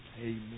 Amen